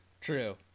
True